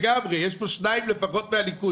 בבקשה, יש לכם חמש דקות.